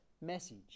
message